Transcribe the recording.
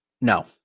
No